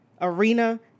arena